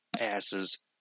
asses